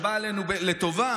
שבא עלינו לטובה,